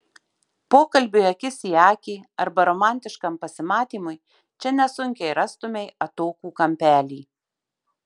pokalbiui akis į akį arba romantiškam pasimatymui čia nesunkiai rastumei atokų kampelį